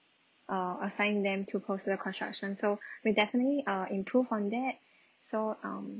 uh assign them to closer construction so we definitely uh improve on that so um